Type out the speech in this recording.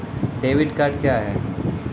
Debit card क्या हैं?